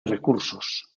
recursos